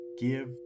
give